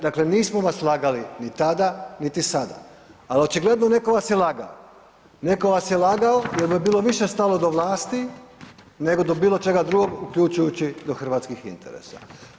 Dakle, nismo vas lagali ni tada, niti sada, al očigledno netko vas je lagao, netko vas je lagao jer mu je bilo više stalo do vlasti nego do bilo čega drugog, uključujući do hrvatskih interesa.